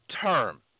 term